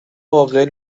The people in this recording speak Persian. عاقل